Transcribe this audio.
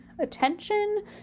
attention